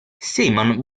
simon